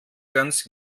ganz